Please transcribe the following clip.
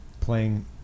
playing